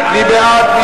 מי בעד?